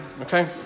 Okay